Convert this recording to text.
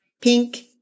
pink